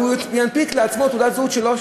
והוא ינפיק לעצמו תעודת זהות לא שלו,